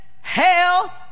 Hell